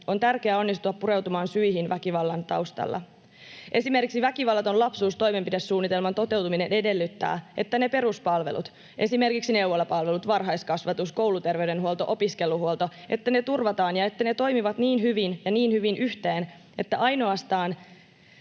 On tärkeää onnistua pureutumaan syihin väkivallan taustalla. Esimerkiksi Väkivallaton lapsuus ‑toimenpidesuunnitelman toteutuminen edellyttää, että peruspalvelut — esimerkiksi neuvolapalvelut, varhaiskasvatus, kouluterveydenhuolto, opiskeluhuolto — turvataan ja että ne toimivat niin hyvin ja niin hyvin yhteen, että voidaan